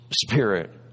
spirit